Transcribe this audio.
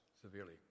severely